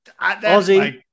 Aussie